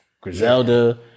Griselda